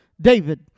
David